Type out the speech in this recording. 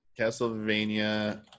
castlevania